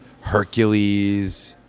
hercules